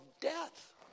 death